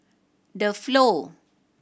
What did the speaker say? The Flow